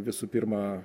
visų pirma